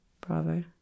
Bravo